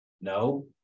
No